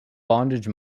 bondage